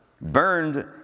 burned